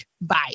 Bye